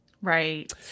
Right